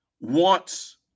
wants